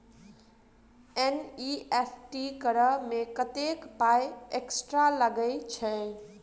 NEFT करऽ मे कत्तेक पाई एक्स्ट्रा लागई छई?